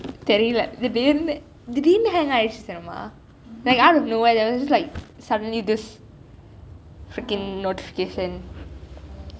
தெரியலை திடீரென்று திடீரென்று:theiryalai thidirendru thidirendru hang ஆயிடுச்சு தெரியுமா:ayidichu theriyuma like out of nowhere there was like this suddenly this freaking notifcation